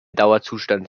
dauerzustand